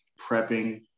prepping